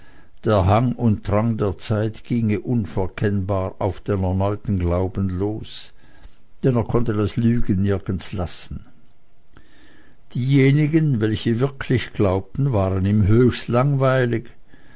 und drang der zeit ginge unverkennbar auf den erneuten glauben los denn er konnte das lügen nirgends lassen diejenigen welche wirklich glaubten waren ihm höchst langweilig